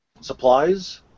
supplies